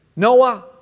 Noah